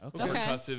Okay